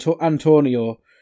antonio